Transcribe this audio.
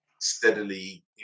steadily